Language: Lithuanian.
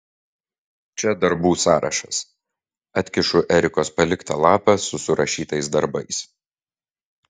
čia darbų sąrašas atkišu erikos paliktą lapą su surašytais darbais